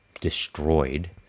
destroyed